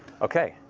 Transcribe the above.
okay,